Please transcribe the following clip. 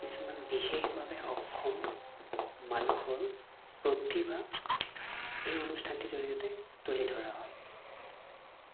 কিছুমান বিশেষভাৱে সক্ষম মানুহৰ প্ৰতিভা এই অনুষ্ঠানটিৰ জড়িয়তে তুলি ধৰা হয়